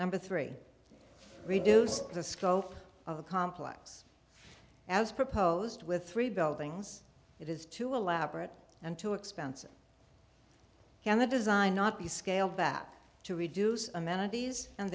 number three reduce the scope of the complex as proposed with three buildings it is too elaborate and too expensive and the design not be scaled back to reduce amenities and